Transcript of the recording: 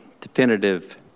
definitive